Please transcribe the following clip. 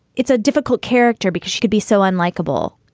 it's a difficult character because she could be so unlikable.